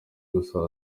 gusa